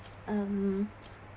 um